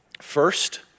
First